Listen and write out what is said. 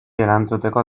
erantzuteko